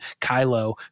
Kylo